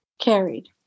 carried